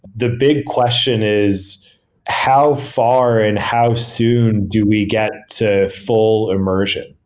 the big question is how far and how soon do we get to full immersion,